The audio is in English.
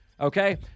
okay